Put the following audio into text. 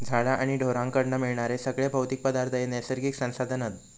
झाडा आणि ढोरांकडना मिळणारे सगळे भौतिक पदार्थ हे नैसर्गिक संसाधन हत